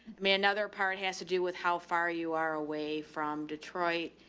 man, another part has to do with how far you are away from detroit,